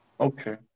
Okay